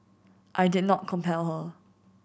I did not compel her